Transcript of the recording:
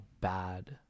bad